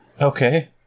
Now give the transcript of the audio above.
Okay